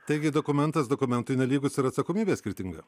taigi dokumentas dokumentui nelygus ir atsakomybė skirtinga